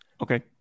Okay